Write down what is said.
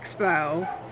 Expo